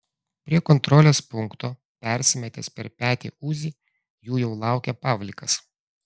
prie kontrolės punkto persimetęs per petį uzi jų jau laukė pavlikas